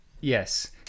Yes